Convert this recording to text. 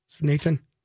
Nathan